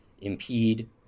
impede